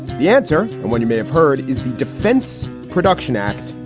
the answer, and when you may have heard, is the defense production act,